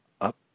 up